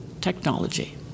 technology